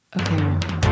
Okay